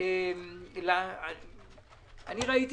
אני ראיתי